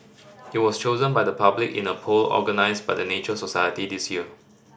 it was chosen by the public in a poll organised by the Nature Society this year